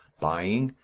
buying,